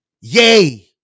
Yay